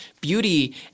beauty